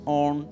on